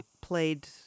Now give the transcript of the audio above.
played